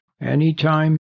Anytime